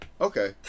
okay